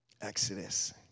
Exodus